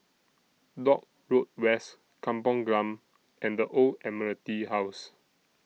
Dock Road West Kampong Glam and The Old Admiralty House